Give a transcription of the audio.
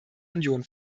union